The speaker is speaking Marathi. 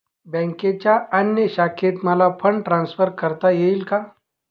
बँकेच्या अन्य शाखेत मला फंड ट्रान्सफर करता येईल का?